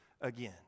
again